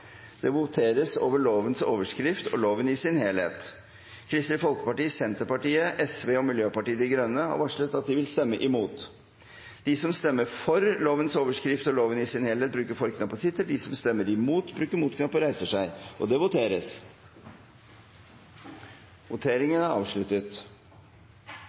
Det voteres over lovens overskrift og loven i sin helhet. Kristelig Folkeparti, Senterpartiet, Sosialistisk Venstreparti og Miljøpartiet De Grønne har varslet at de vil stemme imot. Lovvedtaket vil bli satt opp til andre gangs behandling i et senere møte i Stortinget. Det voteres